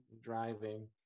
driving